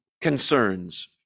concerns